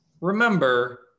remember